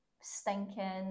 stinking